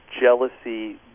jealousy